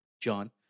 John